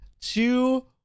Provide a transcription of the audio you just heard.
two